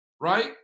Right